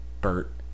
Bert